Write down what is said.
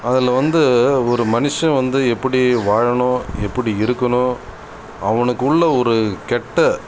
அதில் வந்து ஒரு மனுஷன் வந்து எப்படி வாழணும் எப்படி இருக்கணும் அவனுக்குள்ள ஒரு கெட்ட